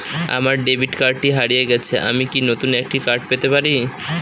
আমার ডেবিট কার্ডটি হারিয়ে গেছে আমি কি নতুন একটি কার্ড পেতে পারি?